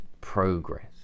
progress